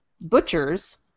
butchers